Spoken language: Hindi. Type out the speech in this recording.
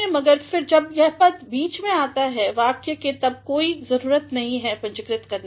मगर फिर जब यह पद बीच में आता है वाक्य के तब कोई जरूरत नहीं है पूंजीकृत करने की